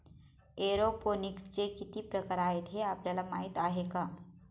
एरोपोनिक्सचे किती प्रकार आहेत, हे आपल्याला माहित आहे का?